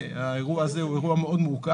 האירוע הזה הוא מאוד מורכב.